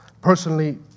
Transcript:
personally